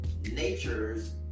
natures